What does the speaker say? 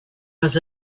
was